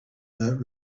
that